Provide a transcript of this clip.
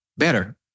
better